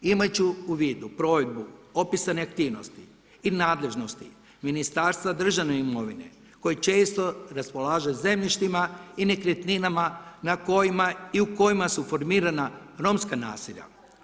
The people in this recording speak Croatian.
Imat ću u vidu provedbu pisane aktivnosti i nadležnosti Ministarstva državne imovine koje često raspolaže zemljištima i nekretninama na kojima i u kojima su formirana romska naselja.